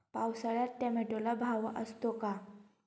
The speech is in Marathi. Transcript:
पावसाळ्यात टोमॅटोला भाव असतो का?